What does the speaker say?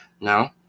Now